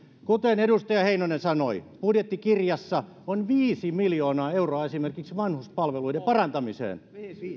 kuten edustaja heinonen sanoi budjettikirjassa on viisi miljoonaa euroa esimerkiksi vanhuspalveluiden parantamiseen